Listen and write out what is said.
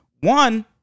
one